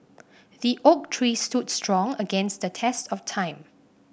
the oak tree stood strong against the test of time